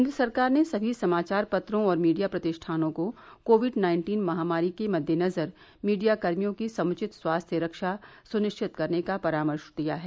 केन्द्र सरकार ने सभी समाचार पत्रों और मीडिया प्रतिष्ठानों को कोविड नाइन्टीन महामारी के मदेनजर मीडियाकर्मियों की समृचित स्वास्थ्य रक्षा सुनिश्चित करने का परामर्श दिया है